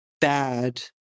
bad